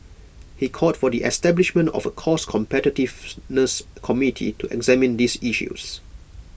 he called for the establishment of A cost competitiveness committee to examine these issues